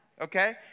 Okay